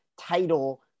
title